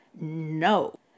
No